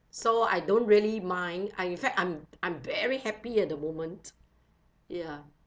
so I don't really mind I in fact I'm I'm very happy at the moment ya